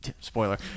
Spoiler